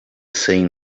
saying